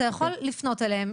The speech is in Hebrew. אתה יכול לפנות אליהם.